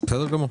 בסדר גמור.